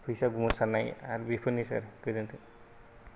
बैसागु मोसानाय आरो बेफोरनोसै गोजोनथों